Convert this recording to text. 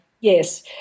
Yes